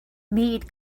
meade